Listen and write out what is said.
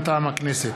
מטעם הכנסת,